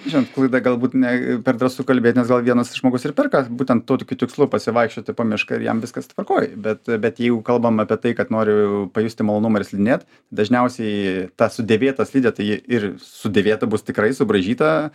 žinot klaida galbūt ne per drąsu kalbėt nes gal vienas ir žmogus ir perka būtent tuo tokiu tikslu pasivaikščioti po mišką ir jam viskas tvarkoj bet bet jeigu kalbam apie tai kad noriu pajusti malonumą ir slidinėt dažniausiai ta sudėvėta slidė tai ji ir sudėvėta bus tikrai subraižyta